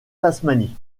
tasmanie